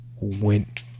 went